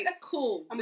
cool